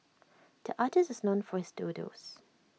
the artist is known for his doodles